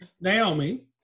Naomi